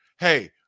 Hey